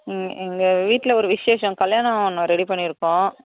ம் எங்கள் வீட்டில் ஒரு விசேஷம் கல்யாணம் ஒன்று ரெடி பண்ணியிருக்கோம்